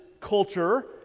culture